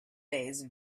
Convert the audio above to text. days